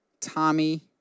Tommy